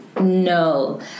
No